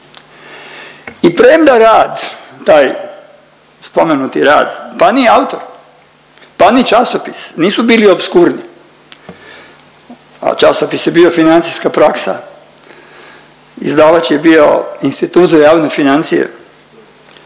I premda rad taj spomenuti rad pa ni autor, pa ni časopis nisu bili opskurni, a časopis je bio financijska praksa, izdavač je bio Institut za javne financije,